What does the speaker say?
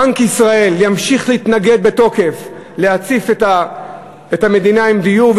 בנק ישראל ימשיך להתנגד בתוקף להצפת המדינה בדיור,